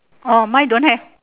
orh mine don't have